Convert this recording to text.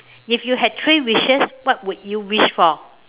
if you had three wishes what would you wish for